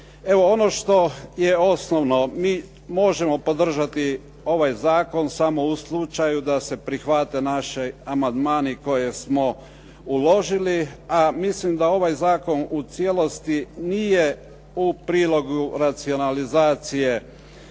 Evo, ono što je osnovno, mi možemo podržati ovaj zakon samo u slučaju da se prihvate naši amandmani koje smo uložili a mislim da ovaj zakon u cijelosti nije u prilog racionalizacije